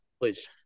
Please